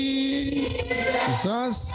Jesus